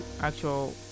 actual